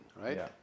right